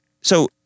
so-